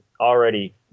already